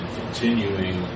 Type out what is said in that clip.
continuing